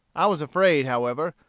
i was afraid, however,